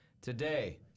Today